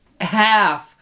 half